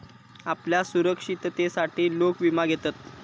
आपल्या सुरक्षिततेसाठी लोक विमा घेतत